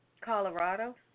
Colorado